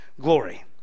glory